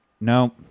No